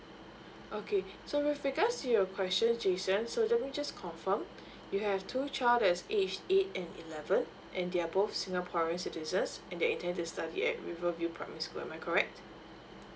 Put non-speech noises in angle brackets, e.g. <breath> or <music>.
okay <breath> so with regards your question jason so let's me just confirm <breath> you have two child that is aged eight and eleven and they're both singaporean citizens and they intend to study at riverview primary school am I correct